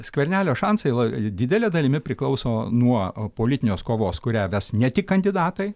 skvernelio šansai la didele dalimi priklauso nuo politinės kovos kurią ves ne tik kandidatai